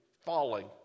falling